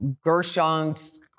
Gershon's